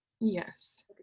Yes